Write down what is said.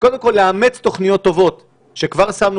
סליחה,